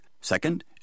Second